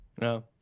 No